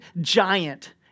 giant